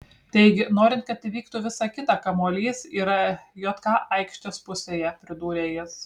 taigi norint kad įvyktų visa kita kamuolys yra jk aikštės pusėje pridūrė jis